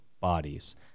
bodies